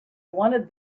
wanted